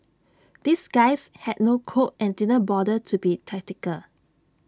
these guys had no code and didn't bother to be tactical